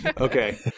Okay